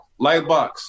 Lightbox